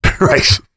Right